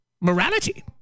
Morality